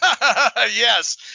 yes